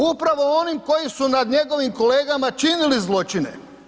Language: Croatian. Upravo onim koji su nad njegovim kolegama činili zločine.